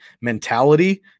mentality